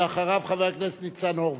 אחריו, חבר הכנסת ניצן הורוביץ.